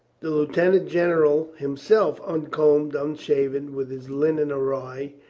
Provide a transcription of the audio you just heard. the lieutenant general him self, uncombed, unshaven, with his linen awry,